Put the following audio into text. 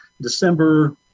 December